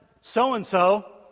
so-and-so